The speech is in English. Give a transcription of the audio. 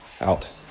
out